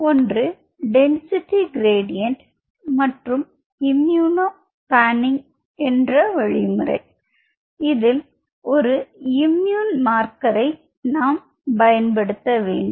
ஒன்று density gradient மற்றும் immunopanning என்ற வழிமுறை இதில் ஒரு இம்மியூன் மார்க்கர் நாம் பயன்படுத்த வேண்டும்